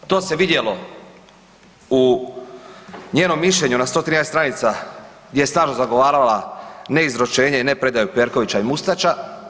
To se vidjelo u njenom mišljenju na 113 stranica gdje je stalno zagovarala neizručenje i ne predaju Perkovića i Mustača.